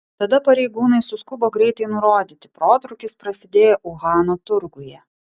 tada pareigūnai suskubo greitai nurodyti protrūkis prasidėjo uhano turguje